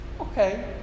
Okay